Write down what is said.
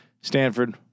Stanford